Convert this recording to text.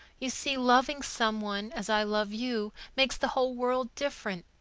you see, loving some one as i love you makes the whole world different.